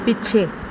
ਪਿੱਛੇ